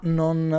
non